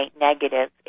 negative